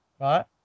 right